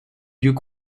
lieux